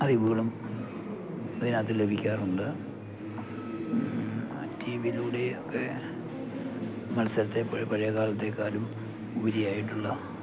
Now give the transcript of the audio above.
അറിവുകളും അതിനകത്ത് ലഭിക്കാറുണ്ട് ടി വിയിലൂടെയുമൊക്കെ മത്സരത്തെപ്പോലെ പഴയകാലത്തേക്കാളും ഉപരിയായിട്ടുള്ള